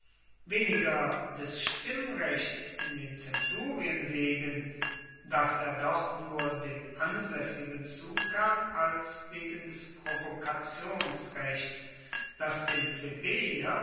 weniger des stimmrechts in den zenturien wegen das ja doch nur dem ansaessigen zukam als wegen des provokationsrechts das dem